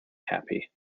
happy